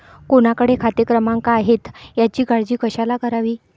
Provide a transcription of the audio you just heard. कोणाकडे खाते क्रमांक आहेत याची काळजी कशाला करावी